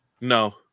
No